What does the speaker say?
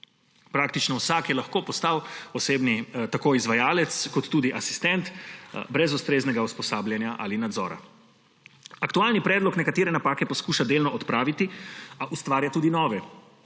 Praktično vsak je lahko postal tako izvajalec kot tudi asistent brez ustreznega usposabljanja ali nadzora. Aktualni predlog nekatere napake poskuša delno odpraviti, a ustvarja tudi nove.